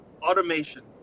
Automation